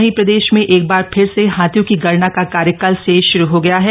वहीं प्रदेश में एक बार फिर से हाथियों की गणना का कार्य कल से शुरु हो गया है